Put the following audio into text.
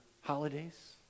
holidays